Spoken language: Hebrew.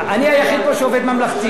אני היחיד פה שעובד ממלכתי.